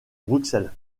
bruxelles